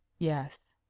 yes,